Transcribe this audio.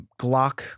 Glock